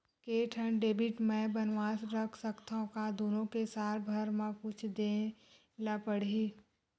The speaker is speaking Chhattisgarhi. के ठन डेबिट मैं बनवा रख सकथव? का दुनो के साल भर मा कुछ दे ला पड़ही?